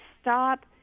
stop